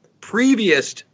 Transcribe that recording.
previous